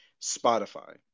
Spotify